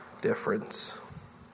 difference